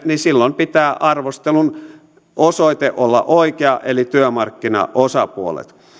niin silloin pitää arvostelun osoitteen olla oikea eli työmarkkinaosapuolet